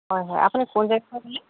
হয় হয় আপুনি কোন জেগা পৰা ক'লে